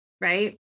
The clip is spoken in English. right